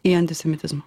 į antisemitizmą